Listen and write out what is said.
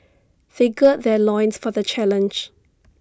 they gird their loins for the challenge